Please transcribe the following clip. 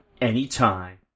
anytime